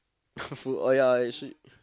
food oh ya actually